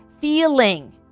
feeling